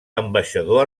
ambaixador